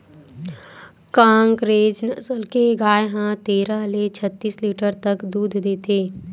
कांकरेज नसल के गाय ह तेरह ले छत्तीस लीटर तक दूद देथे